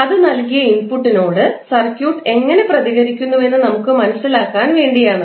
അത് നൽകിയ ഇന്പുട്ടിനോട് സർക്യൂട്ട് എങ്ങനെ പ്രതികരിക്കുന്നുവെന്ന് നമുക്ക് മനസിലാക്കാൻ വേണ്ടിയാണ്